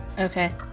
Okay